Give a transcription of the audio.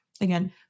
again